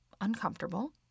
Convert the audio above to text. uncomfortable